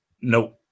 No